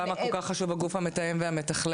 למה כל כך חשוב הגוף המתאם ומתכלל,